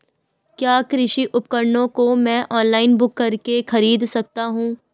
क्या कृषि उपकरणों को मैं ऑनलाइन बुक करके खरीद सकता हूँ?